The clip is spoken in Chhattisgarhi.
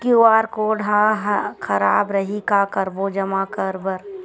क्यू.आर कोड हा खराब रही का करबो जमा बर?